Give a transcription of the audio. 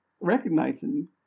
recognizing